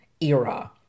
era